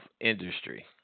industry